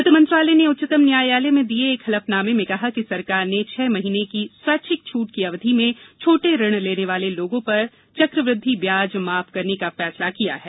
वित्त मंत्रालय ने उच्चतम न्यायालय में दिये एक हलफनामे में कहा है कि सरकार ने छह महीने की स्वैच्छिक छूट की अवधि में छोटे ऋण लेने वाले लोगों पर चक्रवृद्धि ब्याज माफ करने का फैसला किया है